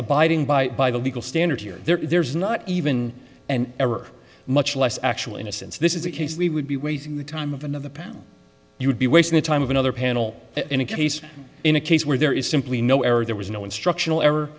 abiding by by the legal standard here there's not even and ever much less actual innocence this is the case we would be wasting the time of another pound you would be wasting the time of another panel in a case in a case where there is simply no error there was no instructional ever